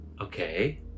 okay